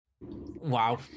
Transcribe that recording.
Wow